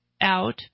out